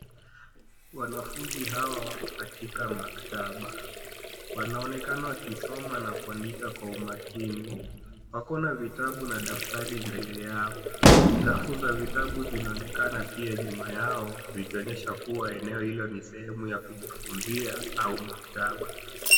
Wanafunzi hawa wako katika maktaba. Wanaonkekana wakisoma na kuandika kwa umakini. Wako na vitabu na daftari mbele yao. Rafu za vitabu zinaonekana pia nyuma yao, vikionyesha kuwa eneo hilo ni sehemu ya kujifunzia au maktaba.